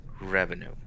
revenue